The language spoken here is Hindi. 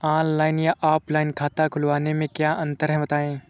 ऑनलाइन या ऑफलाइन खाता खोलने में क्या अंतर है बताएँ?